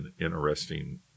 interesting